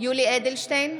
יולי יואל אדלשטיין,